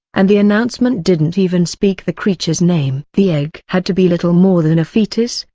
and the announcement didn't even speak the creature's name. the egg had to be little more than a fetus,